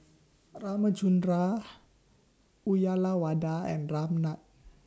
Ramchundra Uyyalawada and Ramnath